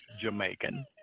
Jamaican